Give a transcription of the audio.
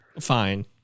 fine